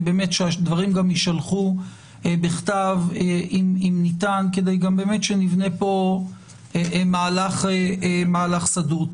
שהדברים גם יישלחו בכתב אם ניתן כדי גם באמת שנבנה פה מהלך סדור.